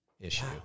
issue